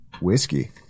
Whiskey